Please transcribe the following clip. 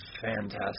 fantastic